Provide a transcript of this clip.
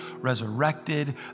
resurrected